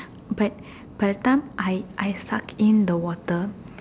but by the time I suck in the water